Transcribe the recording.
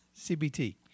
CBT